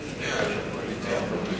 אלקין, בבקשה.